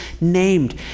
named